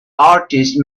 artist